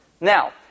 Now